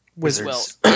Wizards